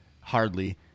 hardly